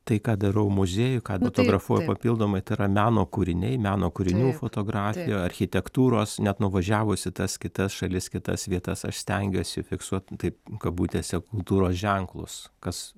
tai ką darau muziejuj ką fotografuoju papildomai tai yra meno kūriniai meno kūrinių fotografija architektūros net nuvažiavus į tas kitas šalis kitas vietas aš stengiuosi fiksuot taip kabutėse kultūros ženklus kas